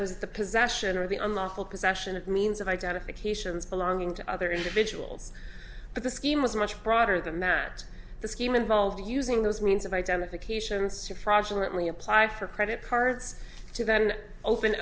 was the possession or the unlawful possession of means of identification as belonging to other individuals but the scheme was much broader than that the scheme involved using those means of identification suit fraudulent reapply for credit cards to then open